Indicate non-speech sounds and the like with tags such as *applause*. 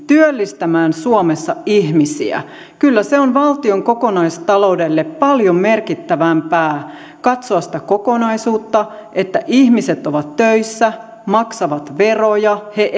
työllistämään suomessa ihmisiä kyllä se on valtion kokonaistaloudelle paljon merkittävämpää katsoa sitä kokonaisuutta että ihmiset ovat töissä maksavat veroja he *unintelligible*